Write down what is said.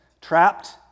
trapped